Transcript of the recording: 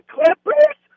Clippers